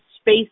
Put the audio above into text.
space